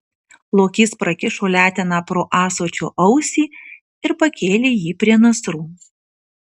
lokys prakišo leteną pro ąsočio ausį ir pakėlė jį prie nasrų